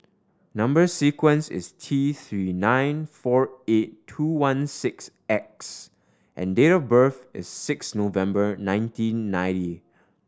number sequence is T Three nine four eight two one six X and date of birth is six November nineteen ninety